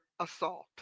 assault